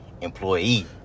employee